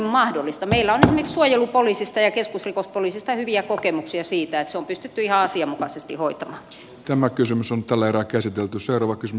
meillä on esimerkiksi suojelupoliisista ja keskusrikospoliisista hyviä kokemuksia siitä että se on pystytty ihan asianmukaisesti hoitamaan